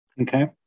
Okay